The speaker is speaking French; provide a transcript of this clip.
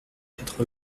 quatre